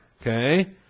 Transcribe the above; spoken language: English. okay